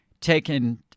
taken